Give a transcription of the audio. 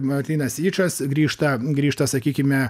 martynas yčas grįžta grįžta sakykime